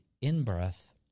in-breath